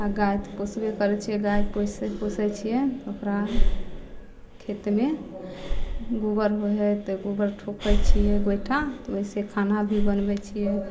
आओर गाइ तऽ पोसबे करै छिए गाइ पोस पोसै छिए ओकरा खेतमे गोबर होइ हइ तऽ गोबर ठोकै छिए गोइठा ओहिसँ खाना भी बनबै छिए